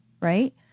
Right